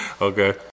Okay